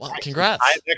Congrats